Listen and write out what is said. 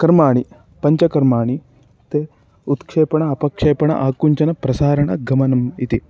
कर्माणि पञ्च कर्माणि ते उत्क्षेपण अपक्षेपण आकुञ्चनप्रसारणगमनम् इति